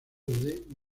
noviembre